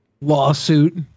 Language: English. lawsuit